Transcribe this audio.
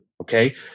okay